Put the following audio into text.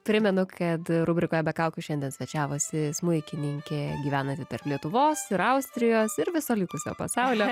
primenu kad rubrikoje be kaukių šiandien svečiavosi smuikininkė gyvenanti tarp lietuvos ir austrijos ir viso likusio pasaulio